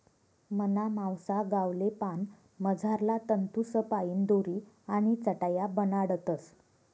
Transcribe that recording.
मना मावसा गावले पान मझारला तंतूसपाईन दोरी आणि चटाया बनाडतस